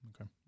Okay